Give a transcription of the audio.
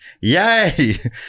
Yay